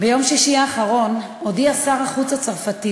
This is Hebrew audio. ביום שישי האחרון הודיע שר החוץ הצרפתי